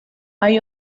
hay